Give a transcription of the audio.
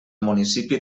municipi